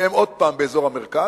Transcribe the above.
שהן שוב באזור המרכז.